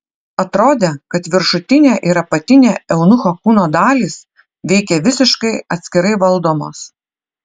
atrodė kad viršutinė ir apatinė eunucho kūno dalys veikė visiškai atskirai valdomos